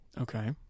Okay